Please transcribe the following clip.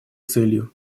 целью